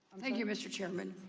thank you mr. chairman.